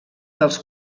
dels